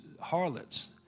harlots